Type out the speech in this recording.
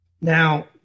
Now